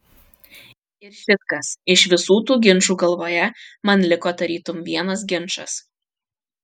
ir šit kas iš visų tų ginčų galvoje man liko tarytum vienas ginčas